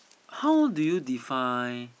how do you define